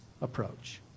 approach